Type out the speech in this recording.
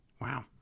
Wow